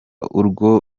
urwo